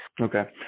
Okay